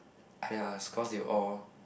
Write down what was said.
!aiya! it's cause they all